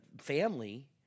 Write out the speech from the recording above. family